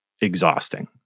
exhausting